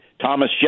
Thomas